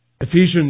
Ephesians